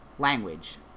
Language